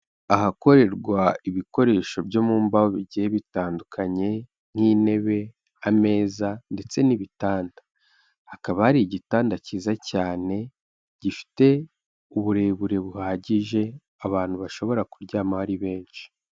Ahakorerwa ibikoresho byo mu mbaho bigiye bitandukanye; nk'intebe, ameza, ndetse n'ibitanda. Hakaba hari igitanda cyiza cyane, gifite uburebure buhagije abantu bashobora kuryama ari benshi.